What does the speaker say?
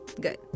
Good